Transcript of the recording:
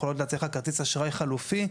יכולות להציע לך כרטיס אשראי חלופי.